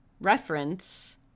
reference